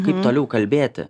kaip toliau kalbėti